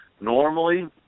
Normally